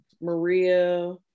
Maria